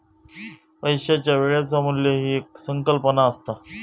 पैशाच्या वेळेचा मू्ल्य ही एक संकल्पना असता